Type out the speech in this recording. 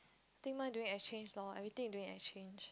think mine during exchange lor everything during exchange